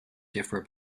differ